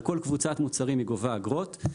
על כל קבוצת מוצרים היא גובה אגרות.